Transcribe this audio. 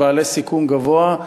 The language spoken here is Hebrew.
בעלי סיכון גבוה.